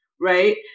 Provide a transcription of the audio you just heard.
right